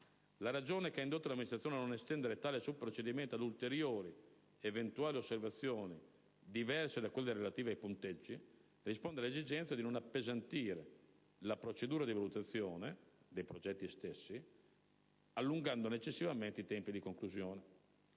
La ragione che ha indotto l'amministrazione a non estendere tale subprocedimento ad ulteriori eventuali osservazioni, diverse da quelle relative ai punteggi risponde all'esigenza di non appesantire la procedura di valutazione dei progetti stessi, allungandone eccessivamente i tempi di conclusione.